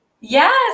yes